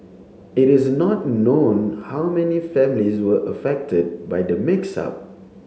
it is not known how many families were affected by the mix up